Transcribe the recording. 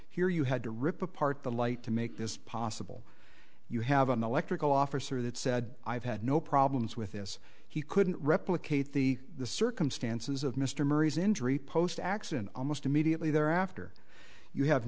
here you had to rip apart the light to make this possible you have an electrical officer that said i've had no problems with this he couldn't replicate the the circumstances of mr murray's injury post accident almost immediately thereafter you have